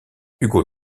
hugo